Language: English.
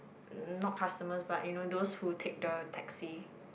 not customers but you know those who take the taxi